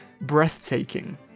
breathtaking